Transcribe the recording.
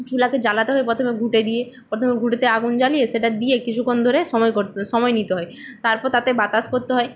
চুলাকে জ্বালাতে হবে প্রথমে ঘুঁটে দিয়ে প্রথমে ঘুঁটেতে আগুন জ্বালিয়ে সেটা দিয়ে কিছুক্ষণ ধরে সময় করতে সময় নিতে হয় তারপর তাতে বাতাস করতে হয়